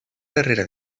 darrera